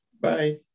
Bye